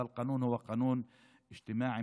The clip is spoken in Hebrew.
(אומר דברים בשפה הערבית,